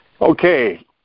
Okay